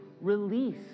release